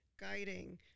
guiding